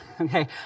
Okay